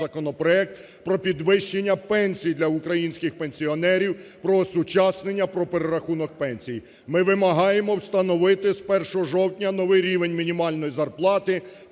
про підвищення пенсій для українських пенсіонерів, про осучаснення, про перерахунок пенсій. Ми вимагаємо встановити з 1 жовтня новий рівень мінімальної зарплати 5